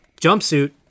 jumpsuit